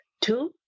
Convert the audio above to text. Two